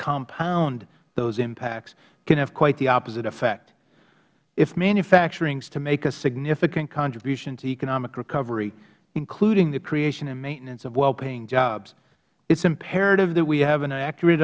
compound those impacts can have quite the opposite effect if manufacturing is to make a significant contribution to economic recovery including the creation and maintenance of wellpaying jobs it is imperative that we have an accurate